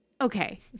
Okay